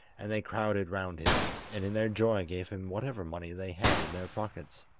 and they crowded round him, and in their joy gave him whatever money they had in their pockets.